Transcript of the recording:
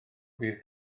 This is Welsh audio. fydd